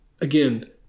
again